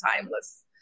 timeless